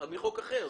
מחוק אחר.